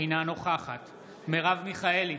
אינה נוכחת מרב מיכאלי,